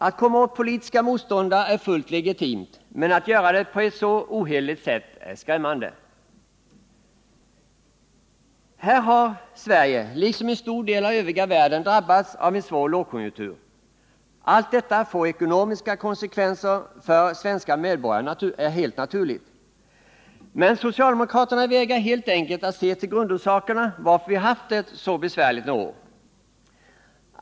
Att komma åt politiska motståndare är fullt legitimt, men att göra det på ett så ohederligt sätt är skrämmande. Här har Sverige, liksom en stor del av den övriga världen, drabbats av en svår lågkonjunktur. Att detta får ekonomiska konsekvenser för svenska medborgare är helt naturligt. Men socialdemokraterna vägrar helt enkelt att se till grundorsakerna till att vi haft det så besvärligt några år.